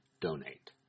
donate